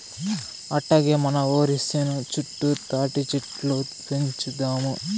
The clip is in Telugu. అట్టాగే మన ఒరి సేను చుట్టూ తాటిచెట్లు పెంచుదాము